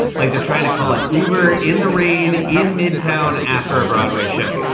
like they're frying to call an uber in the rain in midtown after a broadway show.